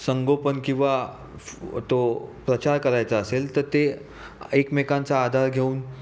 संगोपन किंवा फ तो प्रचार करायचा असेल तर ते एकमेकांचा आधार घेऊन